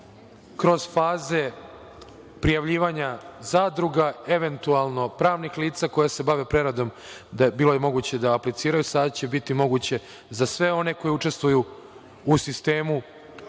kroz faze prijavljivanja zadruga, eventualno pravnih lica koja se bave preradom bilo je moguće da apliciraju, sada će biti moguće za sve one koji učestvuju u sistemu